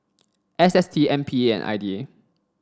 S S T M P A and I D A